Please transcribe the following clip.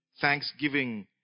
thanksgiving